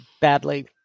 badly